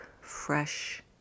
fresh